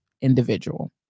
individual